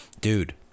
Dude